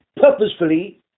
purposefully